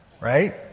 Right